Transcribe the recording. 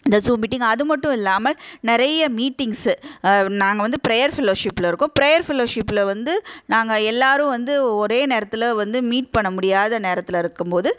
இந்த zoom meeting அது மட்டும் இல்லாமல் நிறைய மீட்டிங்ஸு நாங்கள் வந்து ப்ரேயர் ஃபிலோஷிப்ல இருக்கோம் ப்ரேயர் ஃபிலோஷிப்ல வந்து நாங்கள் எல்லாரும் வந்து ஒரே நேரத்தில் வந்து மீட் பண்ண முடியாத நேரத்தில் இருக்கும் போது